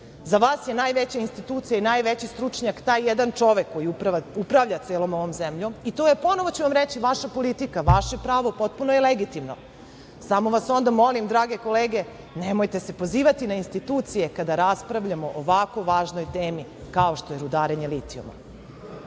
Za vas je najveća institucija i najveći stručnjak taj jedan čovek koji upravlja celom ovom zemljom, i to je, ponovo ću vam reći, vaša politika, vaše pravo. Potpuno je legitimno, samo vas onda molim, drage kolege, nemojte se pozivati na institucije kada raspravljamo o ovako važnoj temi kao što je rudarenje litijuma. Prvo